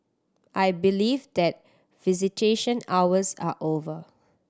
I believe that visitation hours are over